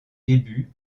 débuts